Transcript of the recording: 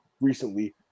recently